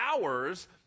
hours